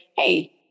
hey